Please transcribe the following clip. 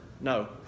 No